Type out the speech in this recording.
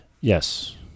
Yes